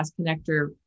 connector